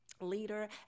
leader